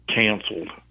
canceled